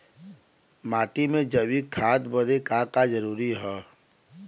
माटी में जैविक खाद बदे का का जरूरी ह?